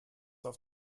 auf